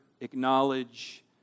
acknowledge